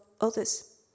others